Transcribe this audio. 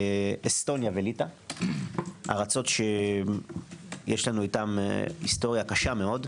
אסטוניה וליטא ארצות שיש לנו איתן היסטוריה קשה מאוד.